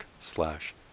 slash